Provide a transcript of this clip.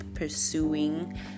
pursuing